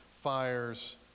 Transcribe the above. fires